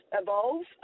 evolve